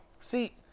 See